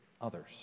others